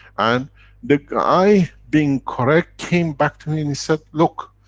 and the guy, being correct, came back to me and he said, look,